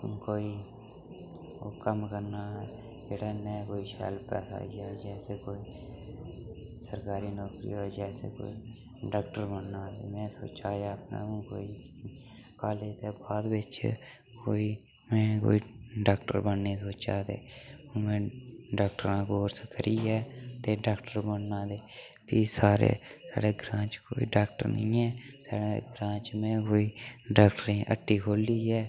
कोई कम्म करना जेह्दे नै कोई शैल पैसा आई जा सरकारी नौकरी होऐ जैसे कोई डॉक्टर बनना में सोचे दा ऐ कोई कॉलेज दे बाद बिच कोई डॉक्टर बनने गी सोचे दा ते में डॉक्टरां दा कोर्स करियै ते डॉक्टर बनना ते फ्ही सारे साढ़े ग्रांऽ च कोई डॉक्टर निं ऐ ते साढ़े ग्रांऽ च में कोई डॉक्टरें दी हट्टी खोह्लियै